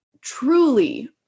truly